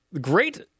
great